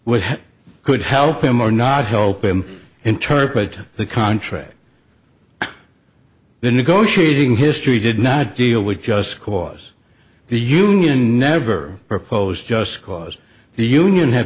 which could help him or not help him interpret the contract the negotiating history did not deal with just because the union never proposed just because the union had